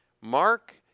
Mark